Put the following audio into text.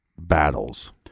battles